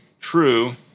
True